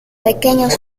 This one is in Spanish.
pequeños